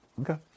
Okay